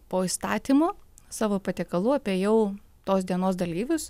po įstatymu savo patiekalų apėjau tos dienos dalyvius